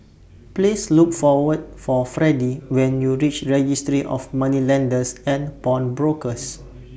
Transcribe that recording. Please Look For were For Fredy when YOU REACH Registry of Moneylenders and Pawnbrokers